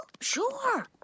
Sure